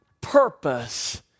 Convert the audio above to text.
purpose